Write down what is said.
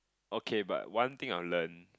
okay but one thing I'll learn